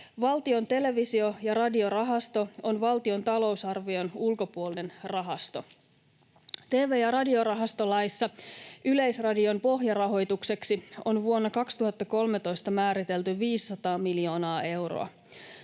Valtion televisio‑ ja radiorahasto on valtion talousarvion ulkopuolinen rahasto. Tv‑ ja radiorahastolaissa Yleisradion pohjarahoitukseksi on vuonna 2013 määritelty 500 miljoonaa euroa.